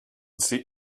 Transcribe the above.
see